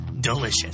delicious